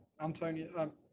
Antonio